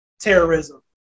Terrorism